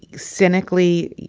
cynically,